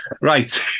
Right